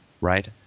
right